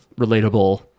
relatable